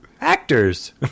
actors